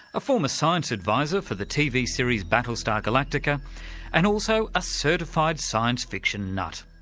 a former science adviser for the tv series battlestar galactica and also a certified science fiction nut.